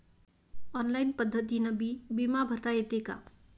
Online पद्धतीनं बी बिमा भरता येते का?